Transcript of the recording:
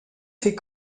fait